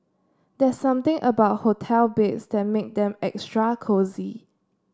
there's something about hotel beds that make them extra cosy